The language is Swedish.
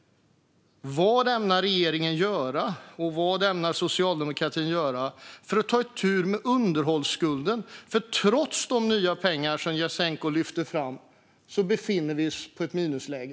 Vad ämnar regeringen göra, och vad ämnar Socialdemokraterna göra, för att ta itu med underhållsskulden? Trots de nya pengar som Jasenko lyfter fram befinner vi oss i ett minusläge.